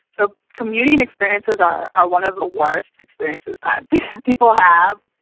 so commuting experiences are are one of the worst experiences that people have.